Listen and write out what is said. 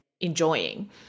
enjoying